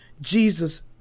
Jesus